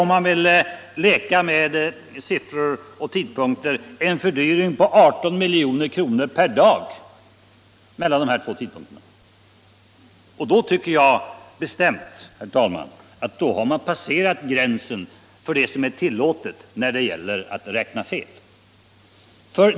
En fördyring på 18 milj.kr. per dag alltså mellan dessa två tidpunkter. Då tycker jag, herr talman, att man har passerat gränsen för vad som är tillåtet när det gäller att räkna fel.